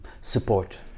support